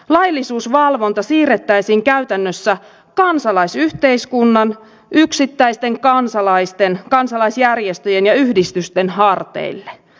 laillisuusvalvonta siirrettäisiin käytännössä kansalaisyhteiskunnan yksittäisten kansalaisten kansalaisjärjestöjen ja yhdistysten harteille